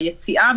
היציאה,